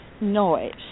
noise